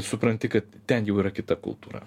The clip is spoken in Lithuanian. supranti kad ten jau yra kita kultūra